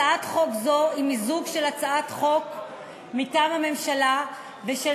הצעת חוק זו היא מיזוג של הצעת חוק מטעם הממשלה ושל